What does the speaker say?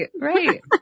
right